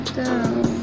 down